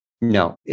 no